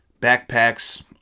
Backpacks